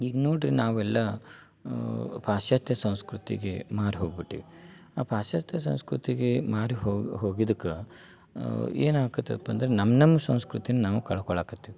ಈಗ ನೋಡ್ರಿ ನಾವೆಲ್ಲ ಪಾಶ್ಚಾತ್ಯ ಸಂಸ್ಕೃತಿಗೆ ಮಾರು ಹೋಗ್ಬಿಟ್ಟೀವಿ ಆ ಪಾಶ್ಚತ್ಯ ಸಂಸ್ಕೃತಿಗೆ ಮಾರಿ ಹೋಗಿ ಹೋಗಿದ್ದಕ್ಕೆ ಏನಾಗ್ಕತ್ತೆದಪ್ಪ ಅಂದ್ರೆ ನಮ್ಮ ನಮ್ಮ ಸಂಸ್ಕೃತಿ ನಾವು ಕಳ್ಕೊಳ್ಳಾಕತ್ತೇವೆ